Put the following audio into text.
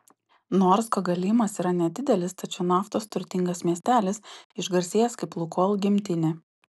nors kogalymas yra nedidelis tačiau naftos turtingas miestelis išgarsėjęs kaip lukoil gimtinė